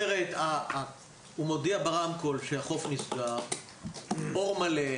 אם המציל מודיע ברמקול שהחוף נסגר כשעדיין אור מלא,